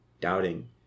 doubting